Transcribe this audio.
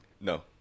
no